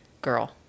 girl